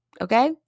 okay